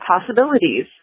possibilities